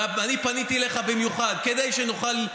ואני פניתי אליך במיוחד כדי שנוכל,